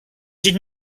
did